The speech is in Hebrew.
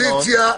באופוזיציה.